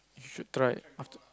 should try after